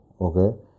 Okay